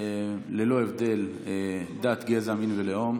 ללא הבדל דת, גזע, מין ולאום.